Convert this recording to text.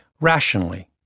rationally